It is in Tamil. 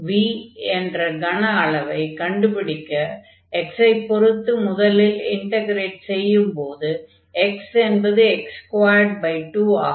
v என்ற கன அளவைக் கண்டுபிடிக்க x ஐ பொருத்து முதலில் இன்டக்ரேட் செய்யும் போது x என்பது x22 ஆகும்